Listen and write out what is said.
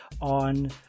on